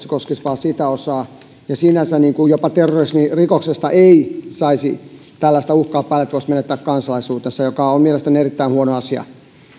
koskisi vain sitä osaa sinänsä jopa terrorismirikoksesta ei saisi tällaista uhkaa päälle että voisi menettää kansalaisuutensa mikä mielestäni erittäin huono asia